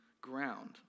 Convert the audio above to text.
ground